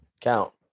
Count